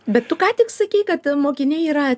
bet tu ką tik sakei kad mokiniai yra